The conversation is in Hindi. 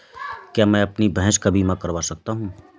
क्या मैं अपनी भैंस का बीमा करवा सकता हूँ?